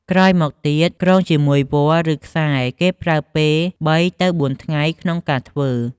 ក្រោយមកទៀតក្រងជាមួយវល្លិ៍ឬខ្សែគេប្រើពេល ៣ទៅ៤ ថ្ងៃក្នុងការធ្វើ។